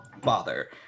bother